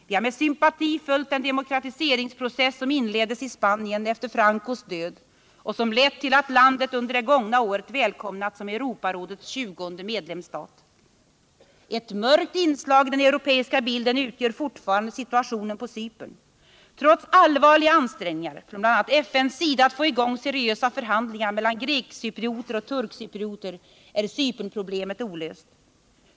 Vi har med sympati följt den demokratiseringsprocess som inleddes i Spanien efter Francos död och som lett till att landet under det gångna året välkomnats som Europarådets tjugonde medlemsstat. Ett mörkt inslag i den europeiska bilden utgör fortfarande situationen på Cypern. Trots allvarliga ansträngningar från bl.a. FN:s sida att få i gång seriösa förhandlingar mellan grekcyprioter och turkcyprioter är Cypernproblemet olöst.